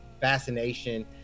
fascination